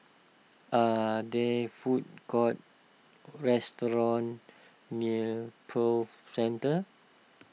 are they food courts restaurants near Prove Centre